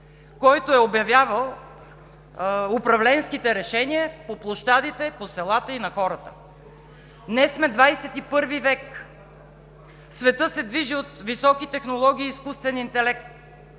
който е обявявал управленските решения по площадите, по селата и на хората. Днес сме ХХІ век, светът се движи от високи технологии и изкуствен интелект